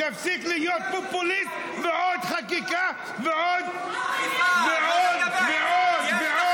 תפסיק להיות פופוליסט בעוד חקיקה ועוד ועוד ועוד.